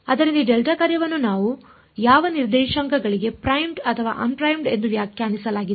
ಆದ್ದರಿಂದ ಈ ಡೆಲ್ಟಾ ಕಾರ್ಯವನ್ನು ಯಾವ ನಿರ್ದೇಶಾಂಕಗಳಿಗೆ ಪ್ರೈಮ್ಡ್ ಅಥವಾ ಅನ್ ಪ್ರೈಮ್ಡ್ ಎಂದು ವ್ಯಾಖ್ಯಾನಿಸಲಾಗಿದೆ